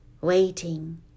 waiting